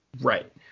Right